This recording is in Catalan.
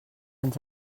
ens